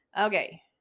Okay